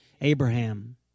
Abraham